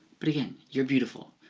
but again, you're beautiful.